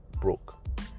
broke